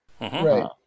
Right